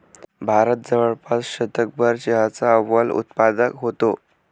भारत जवळपास शतकभर चहाचा अव्वल उत्पादक होता